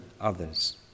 others